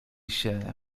się